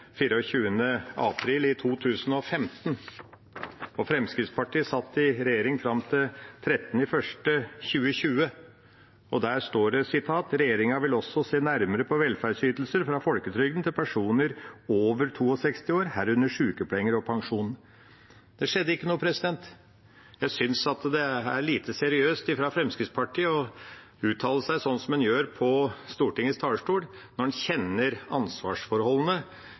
april 2015 – og Fremskrittspartiet satt i regjering fram til 13. januar 2020 – og der står det: «Regjeringa vil også sjå nærare på velferdsytingar frå folketrygda til personar over 62 år, herunder sjukepenger og pensjon.» Det skjedde ikke noe. Jeg syns det er lite seriøst av Fremskrittspartiet å uttale seg sånn som en gjør på Stortingets talerstol, når en kjenner ansvarsforholdene